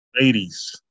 Ladies